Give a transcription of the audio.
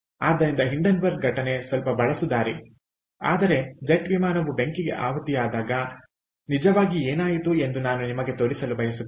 ಆದ್ದರಿಂದ ಹಿಂಡೆನ್ಬರ್ಗ್ ಘಟನೆ ಸ್ವಲ್ಪ ಬಳಸುದಾರಿ ಆದರೆ ಜೆಟ್ ವಿಮಾನವು ಬೆಂಕಿಗೆ ಆಹುತಿಯಾದಾಗ ನಿಜವಾಗಿ ಏನಾಯಿತು ಎಂದು ನಾನು ನಿಮಗೆ ತೋರಿಸಲು ಬಯಸುತ್ತೇನೆ